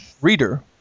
reader